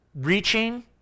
reaching